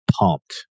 pumped